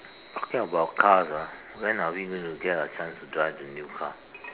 talking about cars ah when are we going get a chance to drive the new car